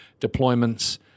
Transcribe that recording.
deployments